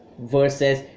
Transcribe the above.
versus